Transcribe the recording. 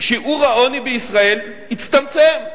שיעור העוני בישראל הצטמצם.